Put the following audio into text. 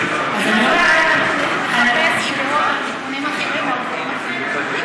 את החוק כפי שהוא אנחנו לא נעביר.